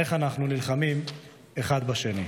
איך אנחנו נלחמים אחד בשני?